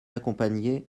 accompagnée